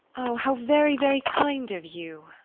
oh, how very, very kind of you!